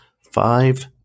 five